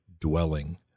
dwelling